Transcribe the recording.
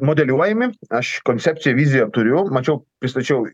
modeliuojami aš koncepciją viziją turiu mačiau pristačiau